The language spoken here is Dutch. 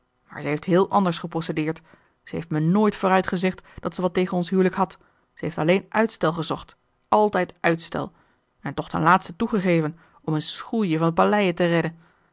ze heeft heel anders geprocedeerd ze heeft me nooit vooruit gezegd dat ze wat tegen ons hijlik had ze heeft alleen uitstel gezocht altijd uitstel en toch ten laatste toegegeven om een schoelje van de paleije te redden